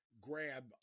grab